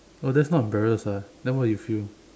oh that's not embarrassed ah then what you feel